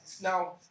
now